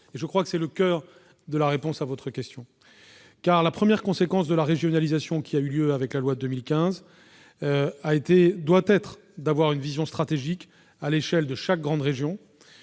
me semble-t-il, du coeur de la réponse à votre question. Car la première conséquence de la régionalisation qui a eu lieu avec la loi de 2015 doit être une vision stratégique à l'échelle de chaque grande région